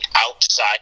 outside